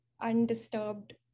undisturbed